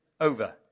over